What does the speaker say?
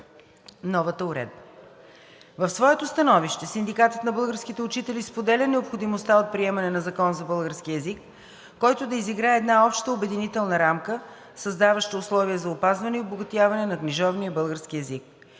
новата уредба. В своето становище Синдикатът на българските учители споделя необходимостта от приемане на Закон за българския език, който да изгради една обща обединителна рамка, създаваща условия за опазване и обогатяване на книжовния български език.